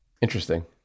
Interesting